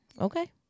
Okay